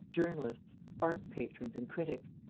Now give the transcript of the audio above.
journalists, art-patrons and critics.